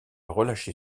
relâché